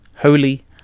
holy